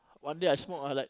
one day I smoke I like